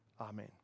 Amen